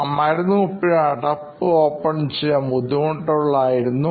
ആ മരുന്നു കുപ്പിയുടെ അടപ്പ് ഓപ്പൺ ചെയ്യാൻ ബുദ്ധിമുട്ടുള്ളത് ആയിരുന്നു